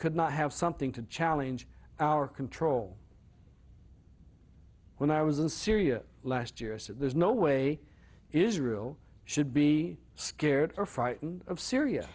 could not have something to challenge our control when i was in syria last year so there's no way israel should be scared or frightened of syria